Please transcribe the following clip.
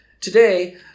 Today